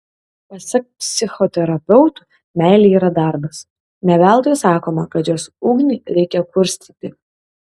pasak psichoterapeutų meilė yra darbas ne veltui sakoma kad jos ugnį reikia kurstyti